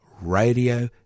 radio